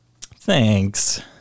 Thanks